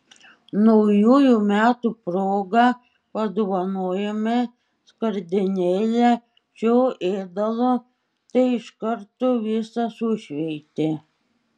naujųjų metų proga padovanojome skardinėlę šio ėdalo tai iš karto visą sušveitė